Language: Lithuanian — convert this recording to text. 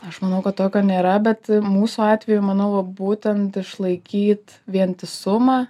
aš manau kad tokio nėra bet mūsų atveju manau būtent išlaikyt vientisumą